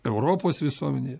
europos visuomenėje